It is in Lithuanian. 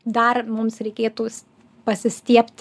dar mums reikėtų s pasistiebti